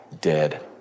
dead